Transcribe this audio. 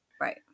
Right